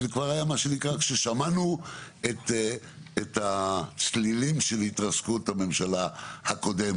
כי זה כבר היה מה שנקרא ששמענו את הצלילים של התרסקות הממשלה הקודמת.